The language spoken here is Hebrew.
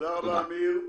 תודה רבה, אמיר.